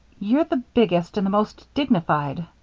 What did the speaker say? you're the biggest and the most dignified,